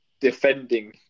defending